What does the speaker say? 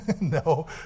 No